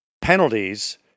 penalties